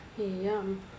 Yum